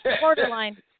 Borderline